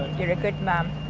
you're a good man.